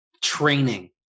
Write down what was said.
training